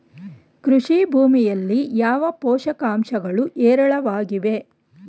ಕೃಷಿ ಭೂಮಿಯಲ್ಲಿ ಯಾವ ಪೋಷಕಾಂಶಗಳು ಹೇರಳವಾಗಿವೆ?